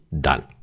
done